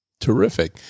Terrific